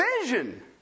vision